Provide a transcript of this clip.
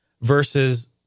versus